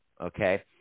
okay